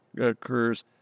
occurs